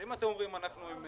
אם אתם אומרים: אנחנו עם